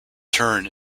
turn